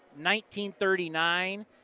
1939